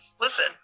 listen